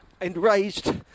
Enraged